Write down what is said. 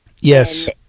Yes